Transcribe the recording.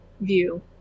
view